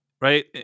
right